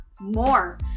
more